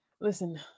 listen